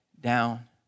down